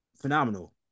phenomenal